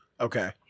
Okay